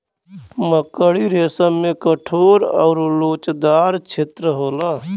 मकड़ी रेसम में कठोर आउर लोचदार छेत्र होला